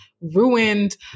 ruined